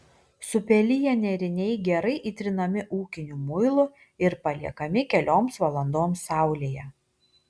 supeliję nėriniai gerai įtrinami ūkiniu muilu ir paliekami kelioms valandoms saulėje